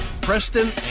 Preston